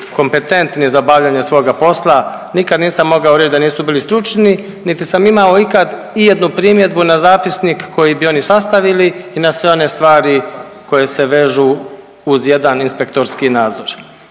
kompetentni za obavljanje svoga posla nikad nisam mogao reći da nisu bili stručni, niti sam imao ikad ijednu primjedbu na zapisnik koji bi oni sastavili i na sve one stvari koje se vežu uz jedan inspektorski nadzor.